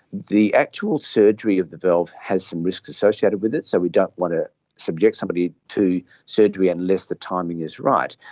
the actual surgery of the valve has some risk associated with it, so we don't want to subject somebody to surgery unless the timing is right.